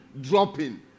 dropping